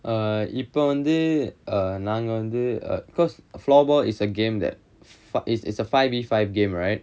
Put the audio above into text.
err இப்ப வந்து:ippa vanthu err நாங்க வந்து:naanga vanthu because floorball is a game that fi~ is it is a five verses five game right